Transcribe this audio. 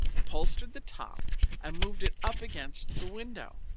upholstered the top and moved it up against the window.